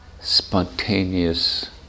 spontaneous